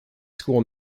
school